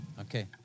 Okay